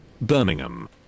Birmingham